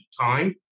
time